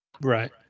right